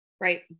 Right